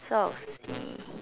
so